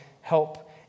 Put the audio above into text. help